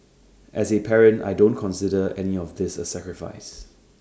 as A parent I don't consider any of this A sacrifice